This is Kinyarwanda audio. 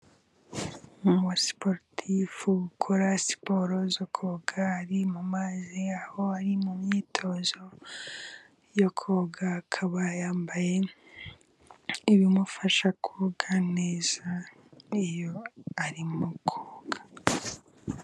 Umusiporutifu ukora siporo zo koga ari mu mazi, aho ari mu myitozo yo koga, akaba yambaye ibimufasha koga neza, iyo ari mu koga